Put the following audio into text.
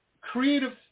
creative